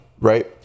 Right